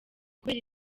kubera